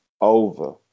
over